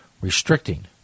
restricting